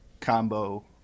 combo